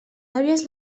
àvies